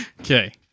Okay